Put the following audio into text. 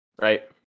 right